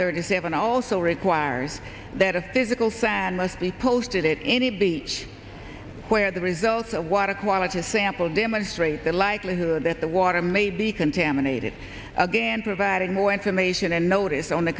thirty seven also requires that a physical san must be posted it any beach where the results of water quality a sample demonstrate the likelihood that the water may be contaminated again providing more information and notice on the